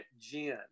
gin